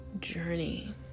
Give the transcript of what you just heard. journey